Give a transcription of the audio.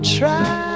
try